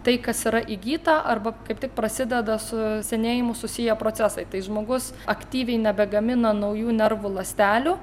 tai kas yra įgyta arba kaip tik prasideda su senėjimu susiję procesai tai žmogus aktyviai nebegamina naujų nervų ląstelių